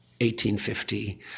1850